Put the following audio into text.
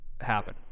happen